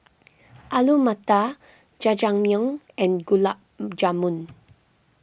Alu Matar Jajangmyeon and Gulab Jamun